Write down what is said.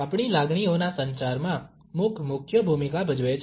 આપણી લાગણીઓના સંચારમાં મુખ મુખ્ય ભૂમિકા ભજવે છે